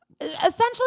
essentially